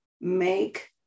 make